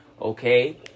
Okay